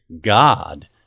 God